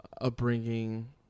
upbringing